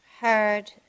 heard